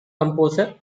composer